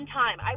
time